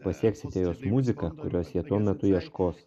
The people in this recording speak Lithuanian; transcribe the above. pasieksite juos muzika kurios jie tuo metu ieškos